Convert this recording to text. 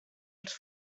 els